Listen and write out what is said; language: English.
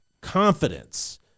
confidence